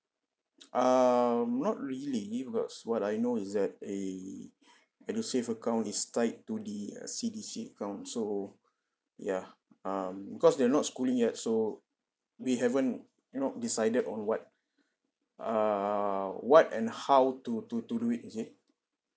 um not really because what I know is that a edusave account is tied to the uh C_D_C account so ya um cause they're not schooling yet so we haven't you know decided on what err what and how to to to do it you see